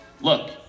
Look